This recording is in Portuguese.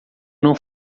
não